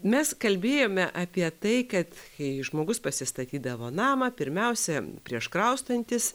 mes kalbėjome apie tai kad kai žmogus pasistatydavo namą pirmiausia prieš kraustantis